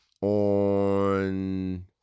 on